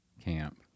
camp